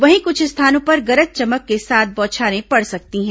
वहीं क्छ स्थानों पर गरज चमक के साथ बौछारें पड़ सकती हैं